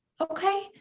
Okay